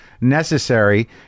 necessary